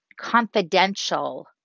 confidential